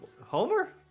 Homer